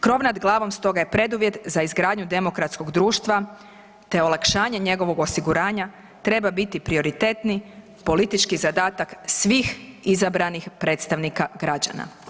Krov nad glavom stoga je preduvjet za izgradnju demokratskog društva te olakšanje njegovog osiguranja treba biti prioritetni politički zadatak svih izabranih predstavnika građana.